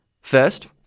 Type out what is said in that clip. First